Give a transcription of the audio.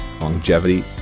longevity